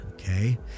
Okay